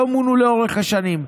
הם לא מונו לאורך השנים.